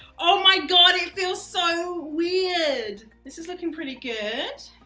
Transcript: oh my god it feels so weird! this is looking pretty good,